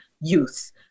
youth